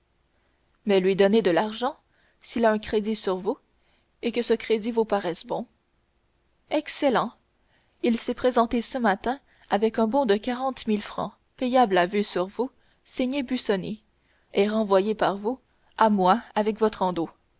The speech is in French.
mais lui donner de l'argent s'il a un crédit sur vous et que ce crédit vous paraisse bon excellent il s'est présenté ce matin avec un bon de quarante mille francs payable à vue sur vous signé busoni et renvoyé par vous à moi avec votre